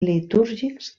litúrgics